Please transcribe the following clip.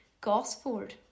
Gosford